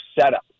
setup